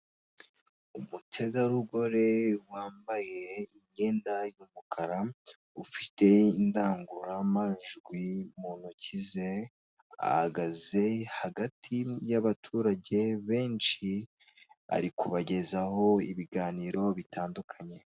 Umutegarugori wambaye imyenda y'umukara ufite indangururamajwi mu ntoki ze, ahagaze hagati y'abaturage benshi, ari kubagezaho ibiganiro bitandukanye.